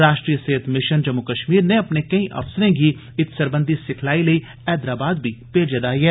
राष्ट्रीय सेहत मिषन जम्मू कष्मीर नै अपने केईं अफसरें गी इत्त सरबंधी सिखलाई लेई हैदराबाद बी भेजे दा ऐ